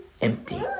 Empty